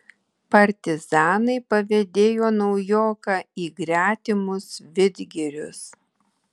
partizanai pavedėjo naujoką į gretimus vidgirius